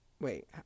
wait